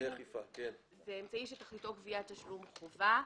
הוא אמצעי "שתכליתו גביית תשלום חובה".